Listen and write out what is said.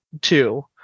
two